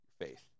faith